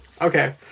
Okay